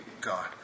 God